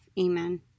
Amen